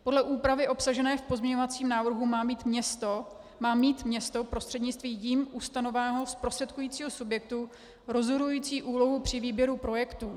Podle úpravy obsažené v pozměňovacím návrhu má mít město prostřednictvím jím ustanoveného zprostředkujícího subjektu rozhodující úlohu při výběru projektů.